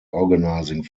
organising